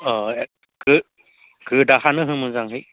अ ओं आरो अ गोदाखानो हो मोजांयै